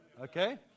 Okay